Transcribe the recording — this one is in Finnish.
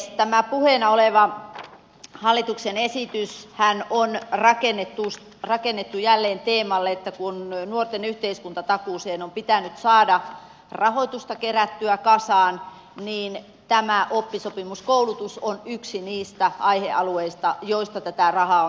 tämä puheena oleva hallituksen esityshän on rakennettu jälleen teemalle että kun nuorten yhteiskuntatakuuseen on pitänyt saada rahoitusta kerättyä kasaan niin tämä oppisopimuskoulutus on yksi niistä aihealueista joista tätä rahaa on raavittu